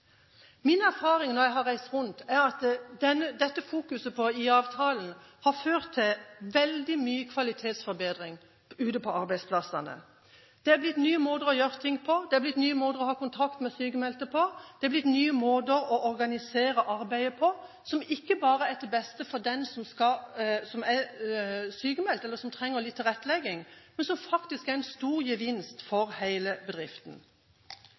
Min erfaring når jeg har reist rundt, er at dette fokuset på IA-avtalen har ført til veldig mye kvalitetsforbedring ute på arbeidsplassene. Det er blitt nye måter å gjøre ting på, det er blitt nye måter å ha kontakt med sykmeldte på, og det er blitt nye måter å organisere arbeidet på, noe som ikke bare er til beste for den som er sykmeldt, eller som trenger litt tilrettelegging, men som faktisk er en stor gevinst for hele bedriften.